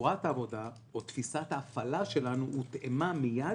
צורת העבודה או תפיסת ההפעלה שלנו הותאמה מיד